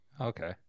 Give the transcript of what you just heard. Okay